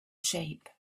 shape